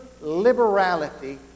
liberality